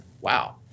Wow